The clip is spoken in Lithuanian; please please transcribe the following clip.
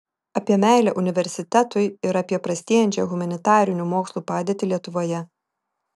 apie meilę universitetui ir apie prastėjančią humanitarinių mokslų padėtį lietuvoje